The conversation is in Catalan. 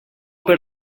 per